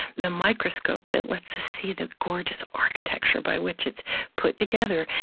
the microscope that lets us see the gorgeous architecture by which it's put together,